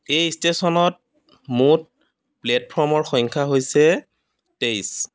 এই ষ্টেশ্যনত মুঠ প্লেটফৰ্মৰ সংখ্যা হৈছে তেইছ